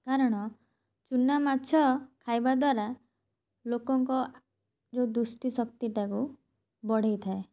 କାରଣ ଚୁନା ମାଛ ଖାଇବା ଦ୍ଵାରା ଲୋକଙ୍କ ଯେଉଁ ଦୃଷ୍ଟିଶକ୍ତିଟାକୁ ବଢ଼େଇଥାଏ